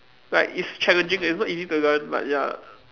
like it's challenging and it's not easy to learn but ya